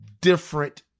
different